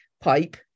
pipe